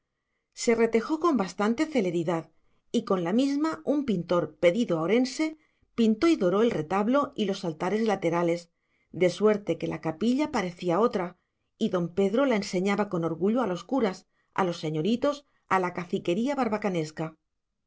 se retejó con bastante celeridad y con la misma un pintor pedido a orense pintó y doró el retablo y los altares laterales de suerte que la capilla parecía otra y don pedro la enseñaba con orgullo a los curas a los señoritos a la caciquería barbacanesca